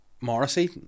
Morrissey